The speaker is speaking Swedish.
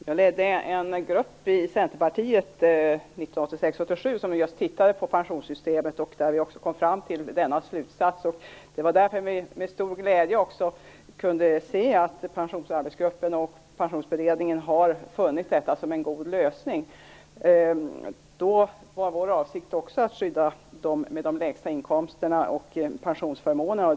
Fru talman! Jag ledde en grupp i Centerpartiet 1986-87 som just tittade på pensionssystemet. Vi kom också fram till denna slutsats. Det var därför med stor glädje vi såg att pensionsarbetsgruppen och pensionsberedningen har funnit detta som en god lösning. Då var vår avsikt också att skydda dem med de lägsta inkomsterna och pensionsförmånerna.